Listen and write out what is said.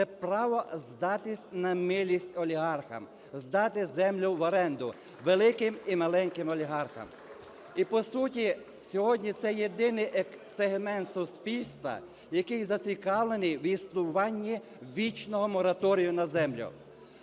це право здатись на милість олігархам, здати землю в оренду великим і великим олігархам. І, по суті, сьогодні це єдиний сегмент суспільства, який зацікавлений в існуванні вічного мораторію на землю.